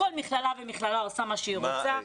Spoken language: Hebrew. כל מכללה עושה מה שהיא רוצה.